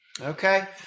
Okay